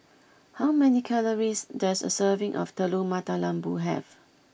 how many calories does a serving of Telur Mata Lembu have